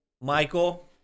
Michael